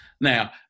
Now